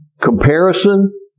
Comparison